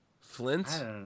Flint